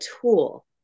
tool